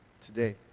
today